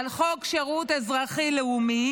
על חוק שירות לאומי-אזרחי,